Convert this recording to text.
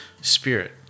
spirit